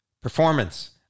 performance